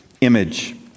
image